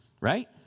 Right